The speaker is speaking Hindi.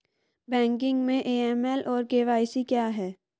बैंकिंग में ए.एम.एल और के.वाई.सी क्या हैं?